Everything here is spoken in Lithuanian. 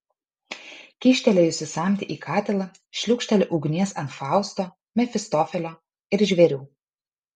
kyštelėjusi samtį į katilą šliūkšteli ugnies ant fausto mefistofelio ir žvėrių